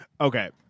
okay